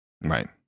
Right